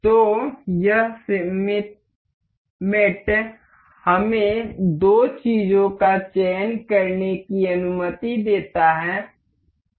तो यह सममित मेट हमें दो चीजों का चयन करने की अनुमति देता है